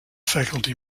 faculty